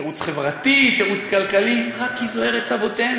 תירוץ חברתי, תירוץ כלכלי, רק כי זו ארץ אבותינו.